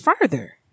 further